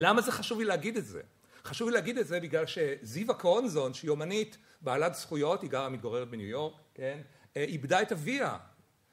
למה זה חשוב לי להגיד את זה? חשוב לי להגיד את זה בגלל שזיוה קורנזון, שהיא אומנית, בעלת זכויות, היא גרה, מתגוררת בניו יורק, איבדה את אביה.